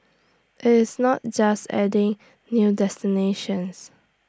IT is not just adding new destinations